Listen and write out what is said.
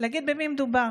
להגיד במי מדובר.